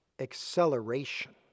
acceleration